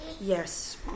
Yes